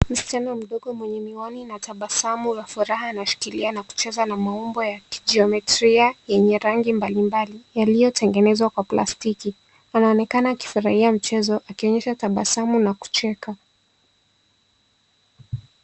Msichana mdogo mwenye miwani na tabasamu ya furaha anashikilia na kucheza na maumbo ya kigeometria yenye rangi mbalimbali yaliyotengenezwa kwa plastiki anaonekana akifurahia mchezo akionyesha tabasamu na kucheka.